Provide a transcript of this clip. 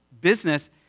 business